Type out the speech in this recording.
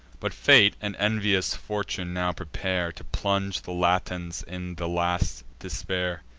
but fate and envious fortune now prepare to plunge the latins in the last despair.